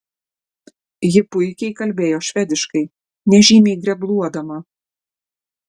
ji puikiai kalbėjo švediškai nežymiai grebluodama